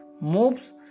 moves